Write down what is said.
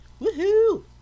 Woohoo